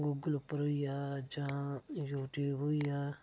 Google उप्पर होई गेआ जां यूट्यूब उप्पर होई गेआ